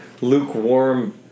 lukewarm